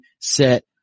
set